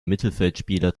mittelfeldspieler